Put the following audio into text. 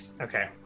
okay